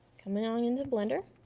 come in on into blender.